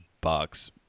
bucks